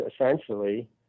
essentially